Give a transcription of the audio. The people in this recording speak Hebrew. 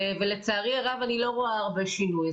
לצערי הרב אני לא רואה הרבה שינוי.